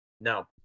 no